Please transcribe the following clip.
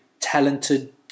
talented